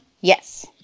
yes